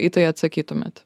į tai atsakytumėt